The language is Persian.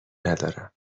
ندارم